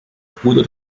bruder